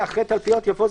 ואחרי "תלפיות" יבוא:",